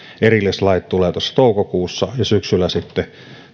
erillislait tulevat toukokuussa ja syksyllä sitten